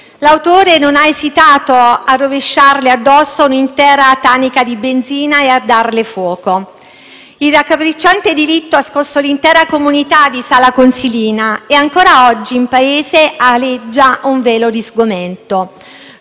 L'autore non ha esitato a rovesciarle addosso un'intera tanica di benzina e a darle fuoco. Il raccapricciante delitto ha scosso l'intera comunità di Sala Consilina e ancora oggi in paese aleggiano un velo di sgomento,